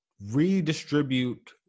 redistribute